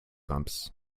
bumps